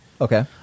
Okay